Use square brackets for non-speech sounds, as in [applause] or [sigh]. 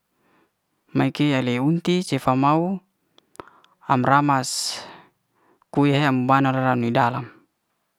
Ma kei le a'unti sefa mau am ramas [hesitation] ku'he am bana re na dalam.